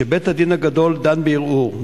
כשבית-הדין הגדול דן בערעור,